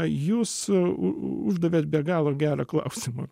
jūs uždavėt be galo gerą klausimą